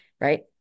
right